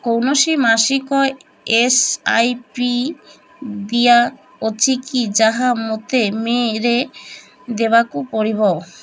କୌଣସି ମାସିକ S I P ଦେୟ ଅଛି କି ଯାହା ମୋତେ ମେ'ରେ ଦେବାକୁ ପଡ଼ିବ